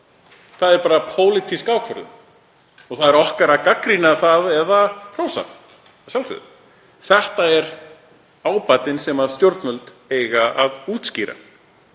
Það er bara pólitísk ákvörðun og það er okkar að gagnrýna hana eða hrósa, að sjálfsögðu. Þetta er ábatinn sem stjórnvöld eiga að útskýra.